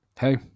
hey